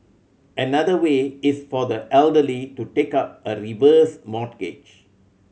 another way is for the elderly to take up a reverse mortgage